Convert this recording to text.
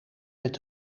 met